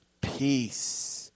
peace